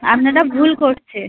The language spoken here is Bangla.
আপনারা ভুল করছে